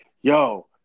yo